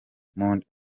monde